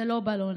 זה לא בלונים,